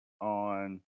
on